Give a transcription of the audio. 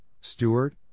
Stewart